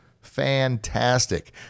Fantastic